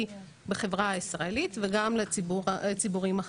בחברה הישראלית וגם לציבורים אחרים.